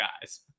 guys